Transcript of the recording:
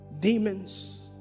Demons